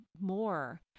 more